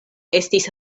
estis